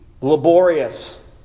laborious